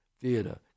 Theater